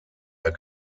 der